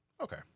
okay